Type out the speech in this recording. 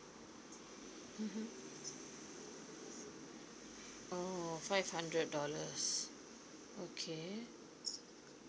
mmhmm oh five hundred dollars okay